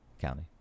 County